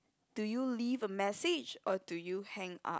do you leave a message or do you hang up